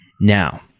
Now